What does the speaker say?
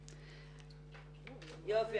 יופי.